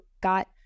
got